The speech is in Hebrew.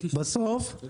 בסוף --- הייתי שם.